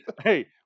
Hey